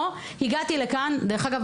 דרך אגב,